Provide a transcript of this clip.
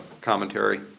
commentary